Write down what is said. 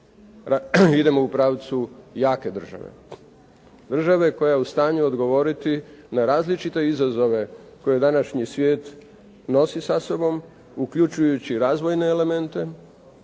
idemo u pravcu jake države. Države koja je u stanju odgovoriti na različite izazove koje današnji svijet nosi sa sobom, uključujući razvojne elemente,